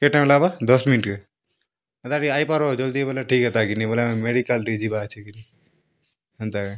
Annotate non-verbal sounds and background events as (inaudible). କେତେ ଟାଇମ୍ ଲାଗବା ଦଶ୍ ମିନିଟ୍ କେ (unintelligible) ଆଇ ପାର ଜଲ୍ଦି ବେଲେ ଠିକ୍ ହେତା ଘିନି ବୋଲେ ଆମେ ମେଡ଼ିକାଲ୍ ଟିକେ ଯିବା ଅଛିକିରି ହେନ୍ତା